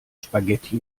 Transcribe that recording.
spaghetti